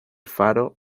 faro